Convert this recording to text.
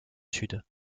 sud